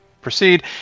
proceed